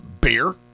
Beer